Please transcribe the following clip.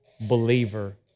believer